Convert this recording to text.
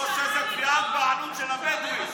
או שזו תביעת בעלות של הבדואי,